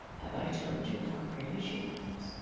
have i told you how pretty she was?